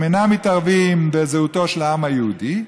הם אינם מתערבים בזהותו של העם היהודי,